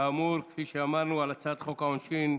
כאמור, כפי שאמרנו, על הצעת חוק העונשין (תיקון,